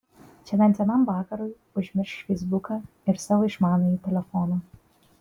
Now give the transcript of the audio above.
čia bent vienam vakarui užmiršk feisbuką ir savo išmanųjį telefoną